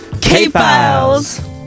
K-Files